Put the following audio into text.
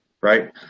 right